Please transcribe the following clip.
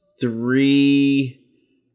three